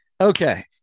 Okay